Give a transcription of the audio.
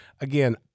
Again